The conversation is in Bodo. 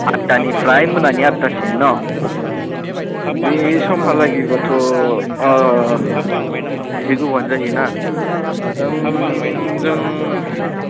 आत्तानिफ्राय मोनानि आत्तासिम न' बे समहालागिबाथ' एसे गोबावानो जाहैयो ना जों